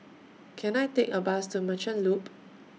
Can I Take A Bus to Merchant Loop